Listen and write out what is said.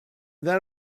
then